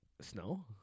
Snow